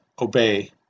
obey